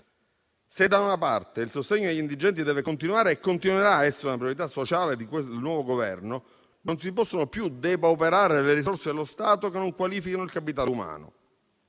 Se, da una parte, il sostegno agli indigenti deve continuare e continuerà a essere una priorità sociale del nuovo Governo, non si possono più depauperare le risorse dello Stato che non qualificano il capitale umano,